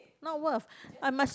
not worth I must